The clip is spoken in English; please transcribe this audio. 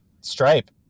Stripe